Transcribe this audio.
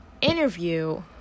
Interview